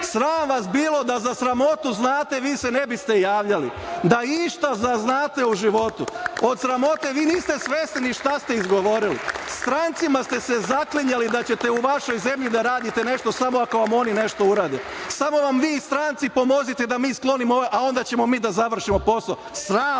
Sram vas bilo, da za sramotu znate ne biste se javljali, da išta znate o životu. Od sramote, vi ne znate ni šta ste izgovorili. Strancima ste se zaklinjali da ćete u vašoj zemlji da radite nešto samo ako vam oni nešto urade. Samo nam vi stranci pomozite da mi sklonimo ove, a onda ćemo mi da završimo posao.